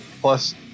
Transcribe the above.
plus